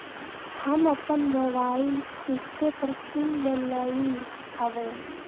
हम अप्पन मोबाइल किस्ते पर किन लेलियइ ह्बे